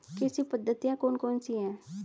कृषि पद्धतियाँ कौन कौन सी हैं?